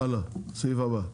הלאה, הסעיף הבא.